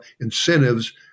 incentives